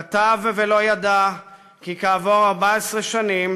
כתב ולא ידע כי כעבור 14 שנים